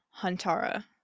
Huntara